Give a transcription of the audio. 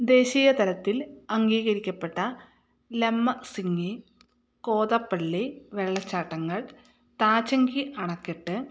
ദേശീയ തലത്തിൽ അംഗീകരിക്കപ്പെട്ട ലെമ്മ സിങ്ങി കോതപള്ളി വെള്ളച്ചാട്ടങ്ങൾ താജൻഹി അണക്കെട്ട്